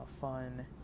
fun